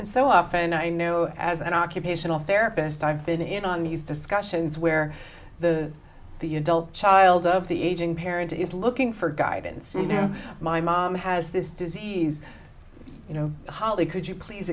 and so often i know as an occupational therapist i've been in on these discussions where the you don't child of the aging parent is looking for guidance you know my mom has this disease you know holly could you please